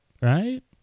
Right